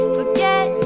forget